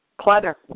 Clutter